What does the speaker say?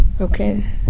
Okay